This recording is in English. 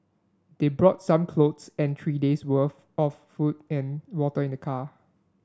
they brought some clothes and three days worth of food and water in the car